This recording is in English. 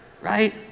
right